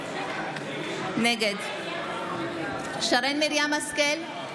נגד שרן מרים השכל,